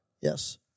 Yes